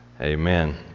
Amen